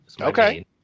Okay